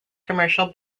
commercial